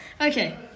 Okay